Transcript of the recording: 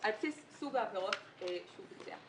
על בסיס סוג העבירות שהוא ביצע.